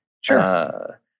Sure